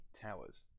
towers